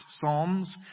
Psalms